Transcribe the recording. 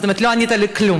זאת אומרת לא ענית לי כלום.